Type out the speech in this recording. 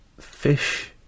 Fish